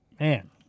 Man